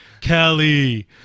Kelly